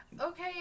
Okay